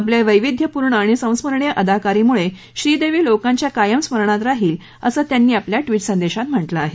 आपल्या वैविध्यपूर्ण आणि संस्मरणीय अदाकारी मुळे श्रीदेवी लोकांच्या कायम स्मरणात राहीलं असं त्यांनी आपल्या ट्विट संदेशात म्हटलं आहे